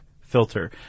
filter